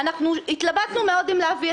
אנחנו עוסקים בנהלים גם של העברות